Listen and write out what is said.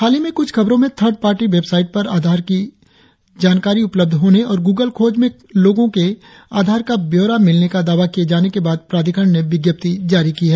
हालही में कुछ खबरों में थर्ड पार्टी वेबसाइट पर आधारित की जानकारी उपलब्ध होने और गूगल खोज में कोई लोगों के आधार का ब्यौरा मिलने का दावा किए जाने के बाद प्राधिकरण ने विज्ञप्ति जारी की है